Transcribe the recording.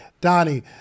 Donnie